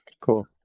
Cool